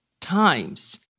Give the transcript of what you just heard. times